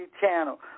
Channel